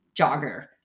jogger